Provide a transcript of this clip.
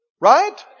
Right